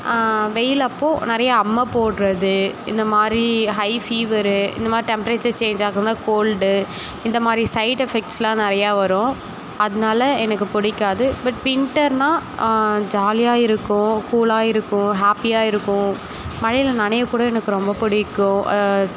வெயில் அப்போது நிறைய அம்மை போடுறது இந்த மாதிரி ஹை ஃபீவரு இந்த மாதிரி டெம்பரேச்சர் சேஞ்ச் ஆகறனால் கோல்டு இந்த மாதிரி சைட் எஃபெக்ட்ஸ்லாம் நிறையா வரும் அதனால எனக்கு பிடிக்காது பட் வின்டர்னால் ஜாலியாக இருக்கும் கூலாக இருக்கும் ஹேப்பியாக இருக்கும் மழையில் நனைய கூட எனக்கு ரொம்ப பிடிக்கும்